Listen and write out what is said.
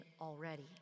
already